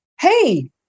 Hey